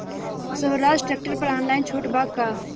सोहराज tractor पर online छूट बा का?